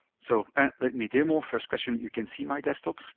so let me demo. first question, you can see my desktop?